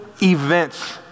events